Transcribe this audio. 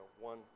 one